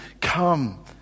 Come